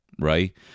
Right